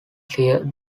here